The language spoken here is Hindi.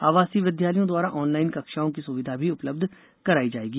आवासीय विद्यालयों द्वारा ऑनलाईन कक्षाओं की सुविधा भी उपलब्ध कराई जाएगी